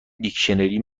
دیکشنری